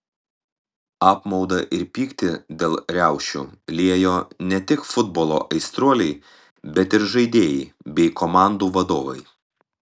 apmaudą ir pyktį dėl riaušių liejo ne tik futbolo aistruoliai bet ir žaidėjai bei komandų vadovai